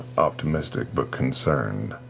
optimistic, but concerned.